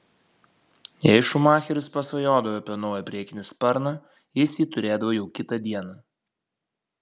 jei schumacheris pasvajodavo apie naują priekinį sparną jis jį turėdavo jau kitą dieną